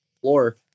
floor